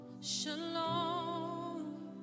Shalom